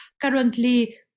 currently